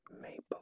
maple